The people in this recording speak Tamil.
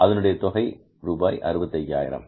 அதனுடைய தொகை ரூபாய் 65000